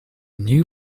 new